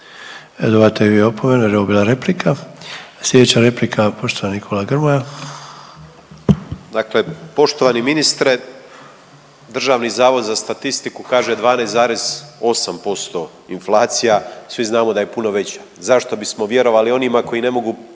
i vi opomenu, jer ovo je bila replika. Sljedeća replika poštovani kolega Grmoja. **Grmoja, Nikola (MOST)** Dakle, poštovani ministre Državni zavod za statistiku kaže 12,8% inflacija. Svi znamo da je puno veća. Zašto bismo vjerovali onima koji ne mogu